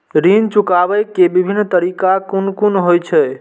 ऋण चुकाबे के विभिन्न तरीका कुन कुन होय छे?